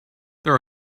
there